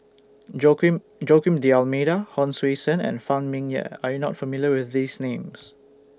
Joaquim Joaquim D'almeida Hon Sui Sen and Phan Ming Yen Are YOU not familiar with These Names